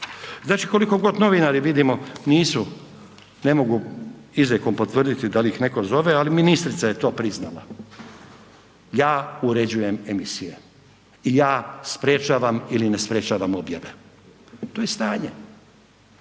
Znači koliko god novinari vidimo ne mogu izrijekom potvrditi da li ih neko zove, ali ministrica je to priznala. Ja uređujem emisije i ja sprječavam ili ne sprečavam objave. To je stanje,